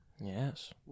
Yes